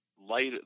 light